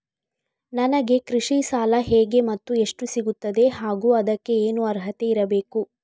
ನನಗೆ ಕೃಷಿ ಸಾಲ ಹೇಗೆ ಮತ್ತು ಎಷ್ಟು ಸಿಗುತ್ತದೆ ಹಾಗೂ ಅದಕ್ಕೆ ಏನು ಅರ್ಹತೆ ಇರಬೇಕು?